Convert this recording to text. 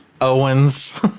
Owens